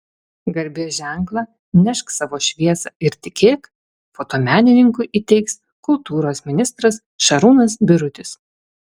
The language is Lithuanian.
garbės ženklą nešk savo šviesą ir tikėk fotomenininkui įteiks kultūros ministras šarūnas birutis